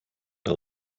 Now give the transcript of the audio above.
der